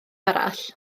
arall